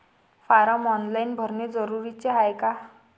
Form online भरने जरुरीचे हाय का?